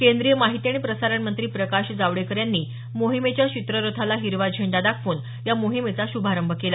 केंद्रीय माहिती आणि प्रसारण मंत्री प्रकाश जावडेकर यांनी मोहिमेच्या चित्ररथाला हिरवा झेंडा दाखवून या मोहिमेचा श्रभारंभ केला